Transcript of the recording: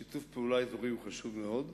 שיתוף פעולה אזורי הוא חשוב מאוד,